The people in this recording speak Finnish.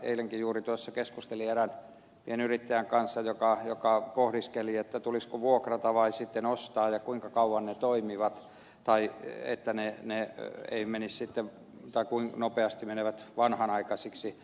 eilenkin juuri tuossa keskustelin erään pienyrittäjän kanssa joka pohdiskeli että tulisiko vuokrata vai sitten ostaa ja kuinka kauan ne toimivat tai teettäneet ne ei menisi to että kuinka nopeasti ne menevät vanhanaikaisiksi